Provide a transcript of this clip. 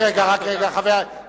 רק רגע, חבר הכנסת אלקין.